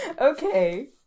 Okay